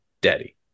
daddy